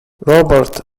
robert